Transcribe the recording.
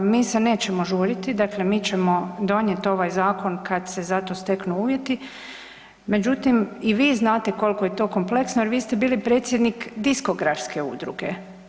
mi se nećemo žuriti, mi ćemo donijeti ovaj zakon kad se za to steknu uvjeti, međutim, i vi znate koliko je to kompleksno jer vi ste bili predsjednik diskografske udruge.